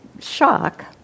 shock